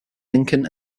lincoln